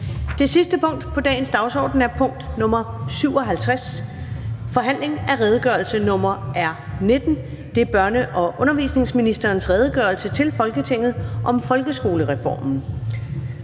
Det sidste punkt på dagsordenen er: 57) Forhandling om redegørelse nr. R 19: Børne- og undervisningsministerens redegørelse til Folketinget om folkeskolereformen.